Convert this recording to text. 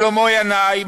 שלמה ינאי,